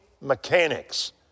mechanics